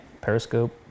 Periscope